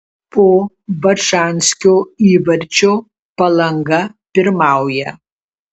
po bačanskio įvarčio palanga pirmauja